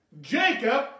Jacob